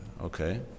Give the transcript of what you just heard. Okay